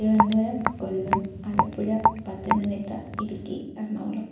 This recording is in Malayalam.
തിരുവനന്തപുരം കൊല്ലം ആലപ്പുഴ പത്തനംതിട്ട ഇടുക്കി എറണാകുളം